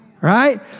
right